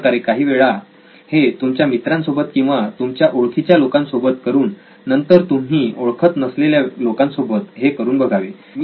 अशाप्रकारे काही वेळा हे तुमच्या मित्रांसोबत किंवा तुमच्या ओळखीच्या लोकांसोबत करून नंतर तुम्ही ओळखत नसलेल्या लोकांसोबत हे करून बघावे